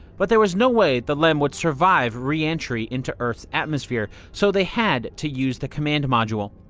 but there was no way the lem would survive re-entry into earth's atmosphere. so they had to use the command module.